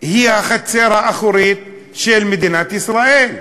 היא החצר האחורית של מדינת ישראל.